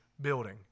building